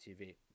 TV